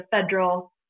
federal